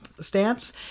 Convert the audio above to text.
stance